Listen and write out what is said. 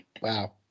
wow